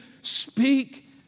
speak